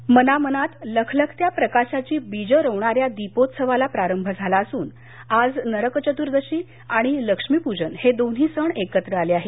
दिवाळी मनामनात लखलखत्या प्रकाशाची बीजं रोवणाऱ्या दीपोत्सवाला प्रारंभ झाला असून आज नरक चतुईशी आणि लक्ष्मी पूजन हे दोन्ही सण एकत्र आले आहेत